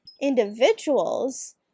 individuals